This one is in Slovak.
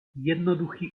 jednoduchý